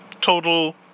total